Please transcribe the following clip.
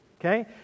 okay